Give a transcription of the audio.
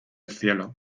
cielo